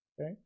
Okay